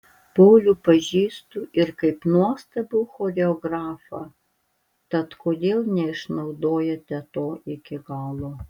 paulių pažįstu ir kaip nuostabų choreografą tad kodėl neišnaudojote to iki galo